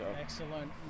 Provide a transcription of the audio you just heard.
Excellent